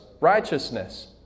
righteousness